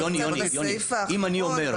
יוני, אם אני אומר,